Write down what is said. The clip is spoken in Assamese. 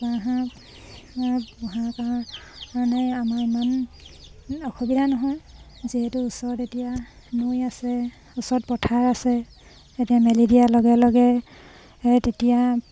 কুকুৰা হাঁহ পোহা কাৰণ কাৰণে আমাৰ ইমান অসুবিধা নহয় যিহেতু ওচৰত এতিয়া নৈ আছে ওচৰত পথাৰ আছে এতিয়া মেলি দিয়াৰ লগে লগে তেতিয়া